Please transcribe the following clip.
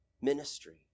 Ministry